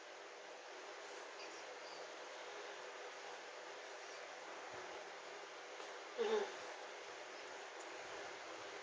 (uh huh)